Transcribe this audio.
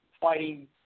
fighting